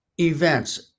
events